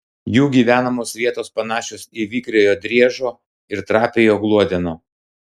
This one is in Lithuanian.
jų gyvenamos vietos panašios į vikriojo driežo ir trapiojo gluodeno